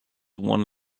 one